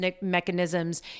mechanisms